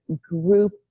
group